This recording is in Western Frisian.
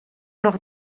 noch